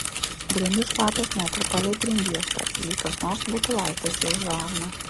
grindys šlapios net ir palei grindjuostes lyg kas nors būtų laistęs jas žarna